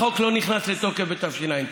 החוק לא נכנס לתוקף בתשע"ט.